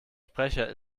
sprecher